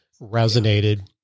resonated